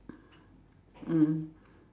<S